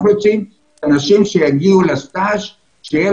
אנחנו רוצים אנשים שיגיעו להתמחות ויהיה